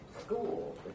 school